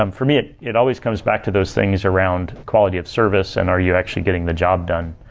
um for me, it it always comes back to those things around quality of service and are you actually getting the job done?